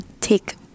take